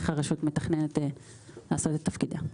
איך הרשות מתכננת לעשות את תפקידה.